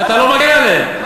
אתה לא מגן עליהם.